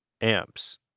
amps